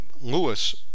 Lewis